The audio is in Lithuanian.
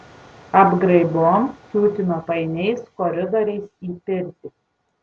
apgraibom kiūtino painiais koridoriais į pirtį